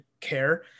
care